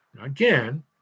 again